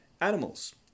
animals